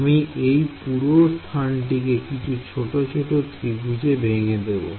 আমি এই পুরো স্থানটিকে কিছু ছোট ছোট ত্রিভুজে ভেঙে দেবো